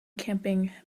camping